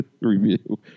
review